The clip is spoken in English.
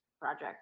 project